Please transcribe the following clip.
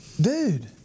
dude